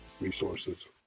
resources